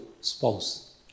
spouse